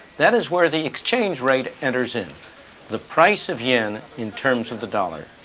that is where the exchange rate enters in the price of yen in terms of the dollar.